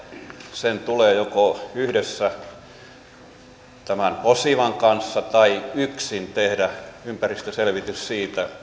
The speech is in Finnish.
sen tulee joko yhdessä posivan kanssa tai yksin tehdä ympäristöselvitys siitä